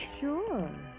Sure